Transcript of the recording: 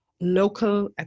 local